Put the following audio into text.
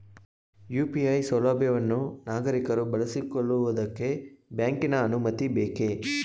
UPI ಸೌಲಭ್ಯವನ್ನು ನಾಗರಿಕರು ಬಳಸಿಕೊಳ್ಳುವುದಕ್ಕೆ ಬ್ಯಾಂಕಿನ ಅನುಮತಿ ಬೇಕೇ?